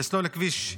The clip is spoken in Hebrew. לסלול כביש,